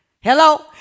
Hello